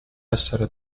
essere